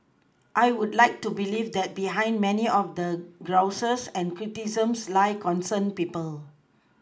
I would like to believe that behind many of the grouses and criticisms lie concerned people